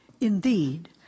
Indeed